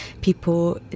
people